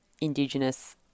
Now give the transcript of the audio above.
Indigenous